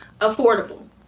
Affordable